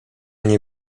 nie